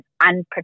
unprotected